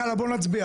יאללה, בוא נצביע.